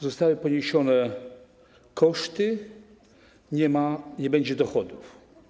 Zostały poniesione koszty, nie ma, nie będzie dochodów.